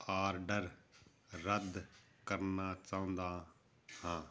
order ਰੱਦ ਕਰਨਾ ਚਾਹੁੰਦਾ ਹਾਂ